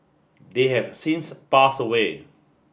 they have since pass away